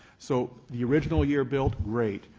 so the original year built, great.